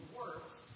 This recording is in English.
works